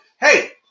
Hey